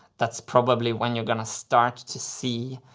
that's probably when you're gonna start to see